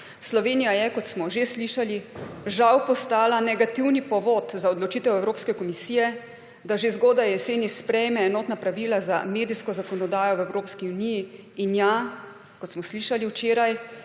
Slovenija je, kot smo že slišali, žal postala negativni povod za odločitev Evropske komisije, da že zgodaj jeseni sprejme enotna pravila za medijsko zakonodajo v Evropski uniji. In, ja, kot smo slišali včeraj,